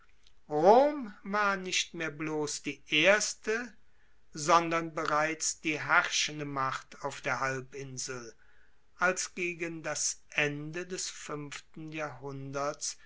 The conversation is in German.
war nicht mehr bloss die erste sondern bereits die herrschende macht auf der halbinsel als gegen das ende des fuenften jahrhunderts